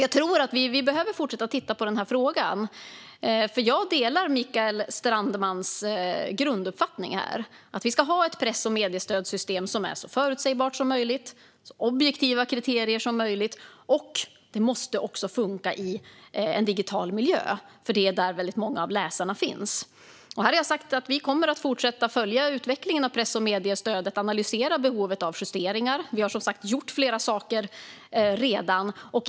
Jag tror att vi behöver fortsätta titta på den här frågan. Jag delar Mikael Strandmans grunduppfattning att vi ska ha ett press och mediestödssystem som är så förutsägbart som möjligt och har så objektiva kriterier som möjligt. Det måste också funka i en digital miljö, för det är där väldigt många av läsarna finns. Här har jag sagt att vi kommer att fortsätta följa utvecklingen av press och mediestödet och analysera behovet av justeringar. Vi har som sagt gjort flera saker redan.